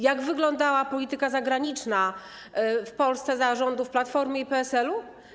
Jak wyglądała polityka zagraniczna w Polsce za rządów Platformy i PSL-u?